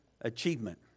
achievement